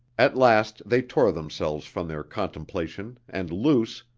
at last they tore themselves from their contemplation and luce,